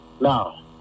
now